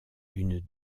une